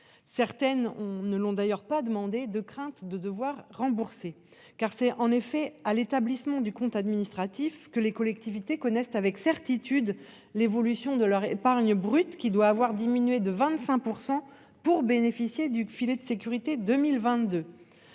certaines on ne l'ont d'ailleurs pas demandé de crainte de devoir rembourser car c'est en effet à l'établissement du compte administratif que les collectivités connaissent avec certitude l'évolution de leur épargne brute qui doit avoir diminué de 25% pour bénéficier du filet de sécurité 2022.